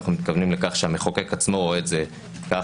אנחנו מתכוונים לכך שהמחוקק עצמו רואה את זה ככה,